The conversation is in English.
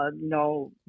no